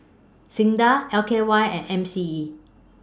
SINDA L K Y and M C E